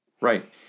Right